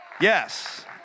Yes